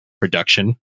production